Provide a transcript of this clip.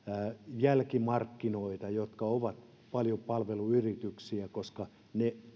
jälkimarkkinoita jotka ovat paljon palveluyrityksiä koska ne